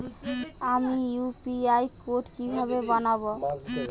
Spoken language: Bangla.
আমি ইউ.পি.আই কোড কিভাবে বানাব?